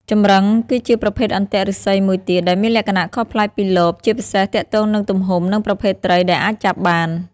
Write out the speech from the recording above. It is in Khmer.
ចម្រឹង គឺជាប្រភេទអន្ទាក់ឫស្សីមួយទៀតដែលមានលក្ខណៈខុសប្លែកពីលប ជាពិសេសទាក់ទងនឹងទំហំ និងប្រភេទត្រីដែលអាចចាប់បាន។